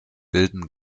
bilden